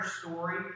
story